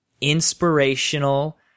inspirational